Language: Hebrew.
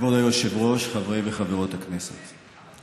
כבוד היושב-ראש, חברי וחברות הכנסת,